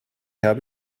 habe